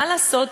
מה לעשות,